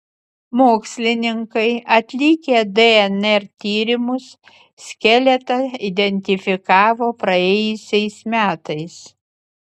mokslininkai atlikę dnr tyrimus skeletą identifikavo praėjusiais metais